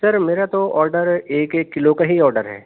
سر میرا تو آرڈر ایک ایک کلو کا ہی آرڈر ہے